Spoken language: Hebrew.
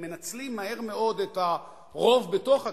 מנצלים מהר מאוד את הרוב בתוך הכנסת,